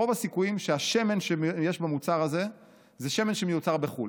רוב הסיכויים שהשמן שיש במוצר הזה הוא שמן שמיוצר בחו"ל.